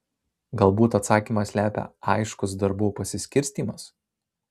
galbūt atsakymą slepia aiškus darbų pasiskirstymas